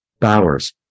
Bowers